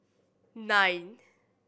nine